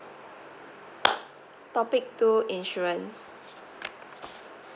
topic two insurance